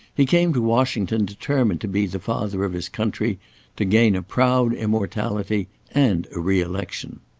he came to washington determined to be the father of his country to gain a proud immortality and a re-election.